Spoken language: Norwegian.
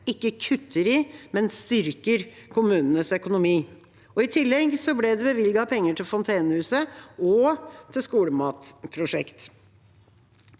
ikke kutter i, men styrker kommunenes økonomi. I tillegg ble det bevilget penger til Fontenehuset og til skolematprosjekt.